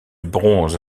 bronze